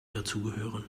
dazugehören